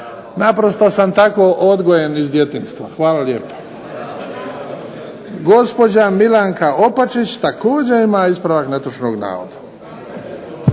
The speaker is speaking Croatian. Naprosto sam tako odgojen iz djetinjstva. Hvala lijepa. Gospođa Milanka Opačić, također ima ispravak netočnog navoda.